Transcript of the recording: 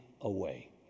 away